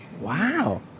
Wow